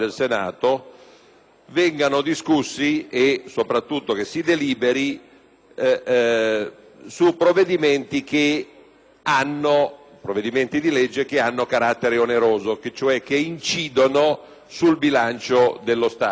vengano discussi e soprattutto approvati provvedimenti di legge che hanno carattere oneroso, cioè che incidono sul bilancio dello Stato.